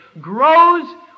grows